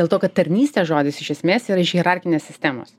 dėl to kad tarnystė žodis iš esmės yra iš hierarchinės sistemos